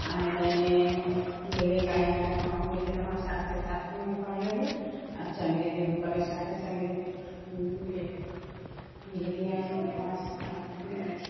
आर नहि तऽ एने गेलियै कहूँ डॉक्टरके कहूँ गेलियै तऽ अपन सासकेँ साथमे कर लेलियै आ चलि गेलियै हुनकरे साथे चलि गेलियै गेलियै एलियै बस आओर कहीँ नहि जाइत छियै